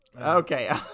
Okay